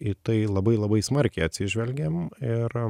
į tai labai labai smarkiai atsižvelgėm ir